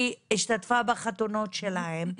היא השתתפה בחתונות שלהם.